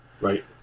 Right